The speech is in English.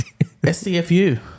SCFU